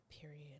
period